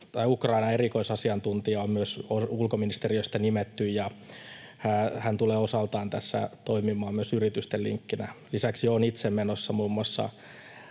Ukrainan erikoisasiantuntija on myös ulkoministeriöstä nimetty, ja hän tulee osaltaan tässä toimimaan myös yritysten linkkinä. Lisäksi olen itse menossa muun muassa